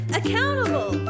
accountable